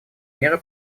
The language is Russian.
меры